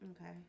Okay